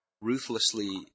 ruthlessly